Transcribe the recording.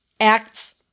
acts